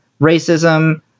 racism